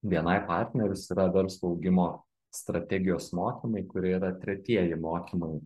bni partnerius verslo augimo strategijos mokymai kurie yra tretieji mokymai